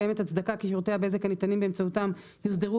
קיימת הצדקה כי שירותי הבזק הניתנים באמצעותם יוסדרו